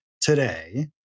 today